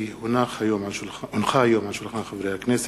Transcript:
כי הונחה היום על שולחן הכנסת,